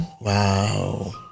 Wow